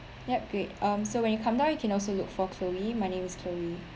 yup great um so when you come down you can also look for chloe my name is chloe